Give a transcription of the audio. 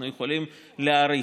אנחנו יכולים להעריך.